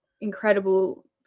incredible